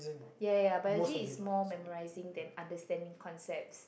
yeah yeah yeah biology is more memorising than understanding concepts